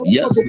Yes